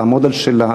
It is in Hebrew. לעמוד על שלה,